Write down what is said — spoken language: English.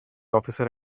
officer